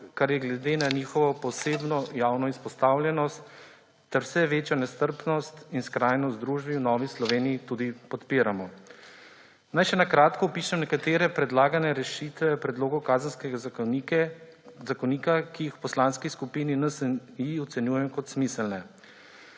kar glede na njihovo posebno javno izpostavljenost ter vse večjo nestrpnost in skrajnost v družbi v Novi Sloveniji tudi podpiramo. Naj še na kratko opišem nekatere predlagane rešitve v predlogu kazenskega zakonika, ki jih v Poslanski skupini NSi ocenjujemo kot smiselne.